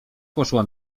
poszła